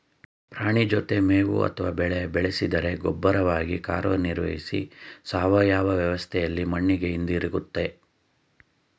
ಪ್ರಾಣಿ ಜೊತೆ ಮೇವು ಅಥವಾ ಬೆಳೆ ಬೆಳೆಸಿದರೆ ಗೊಬ್ಬರವಾಗಿ ಕಾರ್ಯನಿರ್ವಹಿಸಿ ಸಾವಯವ ವ್ಯವಸ್ಥೆಲಿ ಮಣ್ಣಿಗೆ ಹಿಂದಿರುಗ್ತದೆ